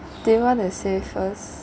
do you want to say first